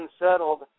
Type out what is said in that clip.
unsettled